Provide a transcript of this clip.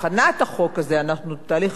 אנחנו את תהליך החקיקה נתחיל עכשיו,